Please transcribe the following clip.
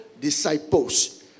disciples